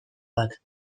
bat